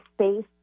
space